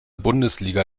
bundesliga